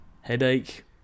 headache